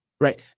right